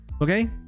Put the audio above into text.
Okay